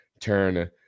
Turn